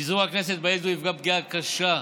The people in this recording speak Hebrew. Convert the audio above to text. פיזור הכנסת בעת הזו יפגע פגיעה קשה,